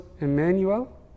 Emmanuel